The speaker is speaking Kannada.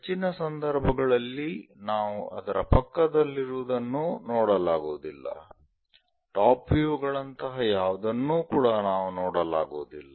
ಹೆಚ್ಚಿನ ಸಂದರ್ಭಗಳಲ್ಲಿ ನಾವು ಅದರ ಪಕ್ಕದಲ್ಲಿರುವುದನ್ನೂ ನೋಡಲಾಗುವುದಿಲ್ಲ ಟಾಪ್ ವ್ಯೂ ಗಳಂತಹ ಯಾವುದನ್ನೂ ಕೂಡಾ ನಾವು ನೋಡಲಾಗುವುದಿಲ್ಲ